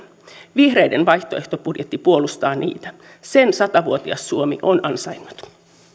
vihreiden vaihtoehtobudjetti puolustaa niitä sen sata vuotias suomi on ansainnut